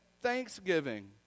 thanksgiving